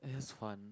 eh that's fun